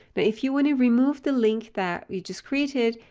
but if you want to remove the link that you've just created,